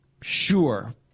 Sure